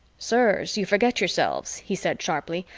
sirs, you forget yourselves, he said sharply,